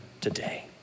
today